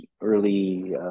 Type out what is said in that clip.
early